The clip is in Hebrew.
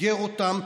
אוגר אותם,